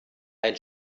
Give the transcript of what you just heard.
ein